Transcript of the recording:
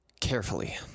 Carefully